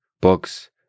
books